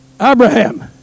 Abraham